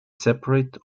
separate